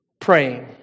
praying